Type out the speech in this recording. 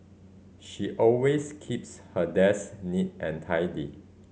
she always keeps her desk neat and tidy